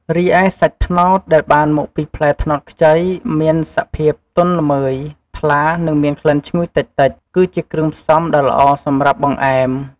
រីឯ សាច់ត្នោត ដែលបានមកពីផ្លែត្នោតខ្ចី មានមានសភាពទន់ល្មើយ ថ្លា និងមានក្លិនឈ្ងុយតិចៗ គឺជាគ្រឿងផ្សំដ៏ល្អសម្រាប់បង្អែម។